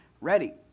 ready